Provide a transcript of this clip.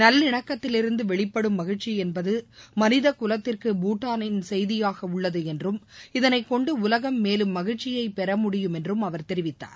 நல்லிணக்கத்திலிருந்து வெளிப்படும் மகிழ்ச்சி என்பது மனிதக்குலத்திற்கு பூட்டானின் செய்தியாக உள்ளது என்றும் இதனை கொண்டு உலகம் மேலும் மகிழ்ச்சியை பெறமுடியும் என்றும் அவர் தெரிவித்தார்